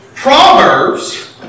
Proverbs